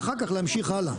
ואחר כך להמשיך הלאה.